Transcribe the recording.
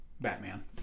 Batman